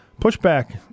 pushback